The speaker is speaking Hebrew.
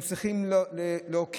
הם צריכים להוקיע,